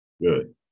Good